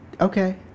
okay